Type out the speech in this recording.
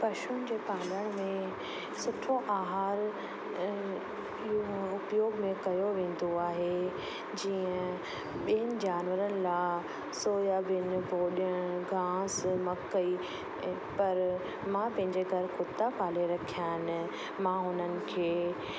पशु जो पालण में सुठा आहार इहो उपयोग में कयो वेंदो आहे जीअं ॿियनि जानवरनि लाइ सोयाबिन भोॼन घास मकई एपल मां पंहिंजे घर कुता पाले रखिया आहिनि मां हुननि खे